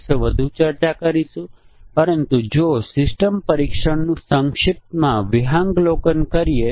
તેથી તે સંજોગોમાં જ્યારે તે વિશિષ્ટ સેટિંગ્સ આપવામાં આવે ત્યારે તે સમસ્યાનું કારણ બને છે